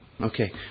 Okay